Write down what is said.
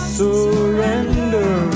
surrender